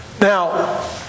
Now